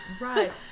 Right